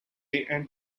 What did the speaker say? and